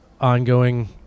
ongoing